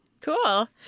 cool